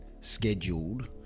scheduled